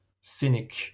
cynic